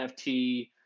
NFT